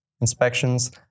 inspections